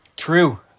True